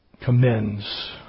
commends